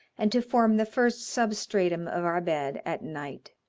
and to form the first substratum of our bed at night.